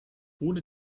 ohne